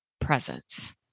presence